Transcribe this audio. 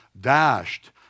dashed